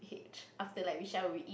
after like we shower we eat